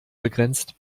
begrenzt